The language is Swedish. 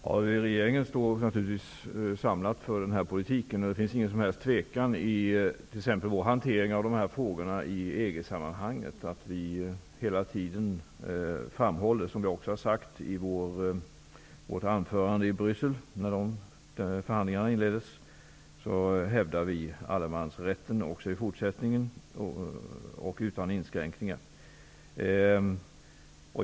Fru talman! Regeringen står givetvis samlad bakom denna politik. I vår hantering av dessa frågor i EG sammanhang framhåller vi hela tiden -- vilket vi även gjorde i vårt anförande i Bryssel när förhandlingarna inleddes -- allemansrättens betydelse.